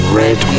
red